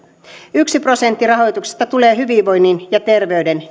yksi prosentti rahoituksesta tulee hyvinvoinnin ja terveyden